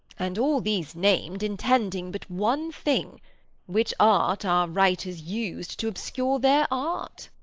and all these named, intending but one thing which art our writers used to obscure their art.